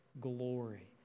glory